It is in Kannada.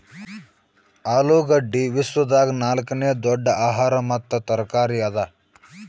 ಆಲೂಗಡ್ಡಿ ವಿಶ್ವದಾಗ್ ನಾಲ್ಕನೇ ದೊಡ್ಡ ಆಹಾರ ಮತ್ತ ತರಕಾರಿ ಅದಾ